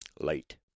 Late